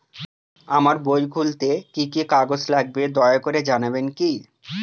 আমার বই খুলতে কি কি কাগজ লাগবে দয়া করে জানাবেন কি?